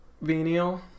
venial